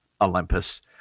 Olympus